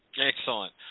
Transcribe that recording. Excellent